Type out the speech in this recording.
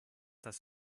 das